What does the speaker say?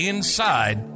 Inside